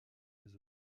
les